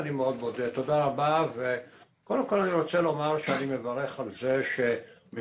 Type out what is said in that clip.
אני רוצה לומר שאני מברך על זה שמשנים